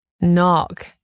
Knock